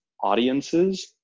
audiences